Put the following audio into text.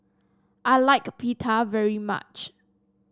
I like Pita very much